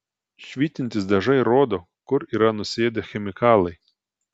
švytintys dažai rodo kur yra nusėdę chemikalai